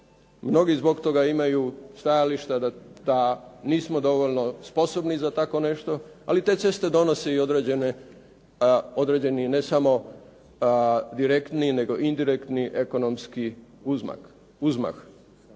mnogi zbog toga imaju stajališta da nismo dovoljno sposobni za tako nešto, ali te ceste donose i određeni ne samo direktni, nego i indirektni ekonomski uzmah.